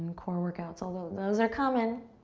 core workouts, although those are comin'!